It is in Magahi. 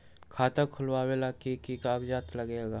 खाता खोलेला कि कि कागज़ात लगेला?